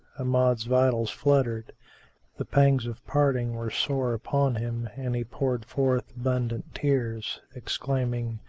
amjad's vitals fluttered the pangs of parting were sore upon him and he poured forth abundant tears, exclaiming,